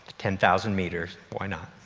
ten thousand meters, why not?